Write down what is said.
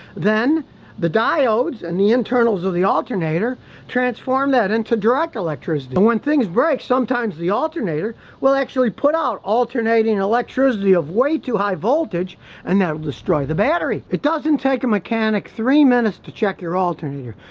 then the diodes and the internals of the alternator transform that into direct electricity, and when things break sometimes the alternator will actually put out alternating electricity of way too high voltage and that will destroy the battery, it doesn't take a mechanic three minutes to check your alternator,